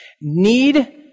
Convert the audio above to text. Need